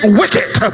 wicked